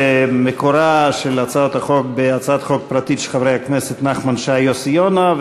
מקורה של הצעת החוק בהצעת חוק פרטית של חברי הכנסת נחמן שי ויוסי יונה,